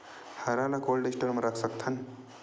हरा ल cold store म रख सकथन?